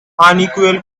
unequal